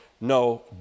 no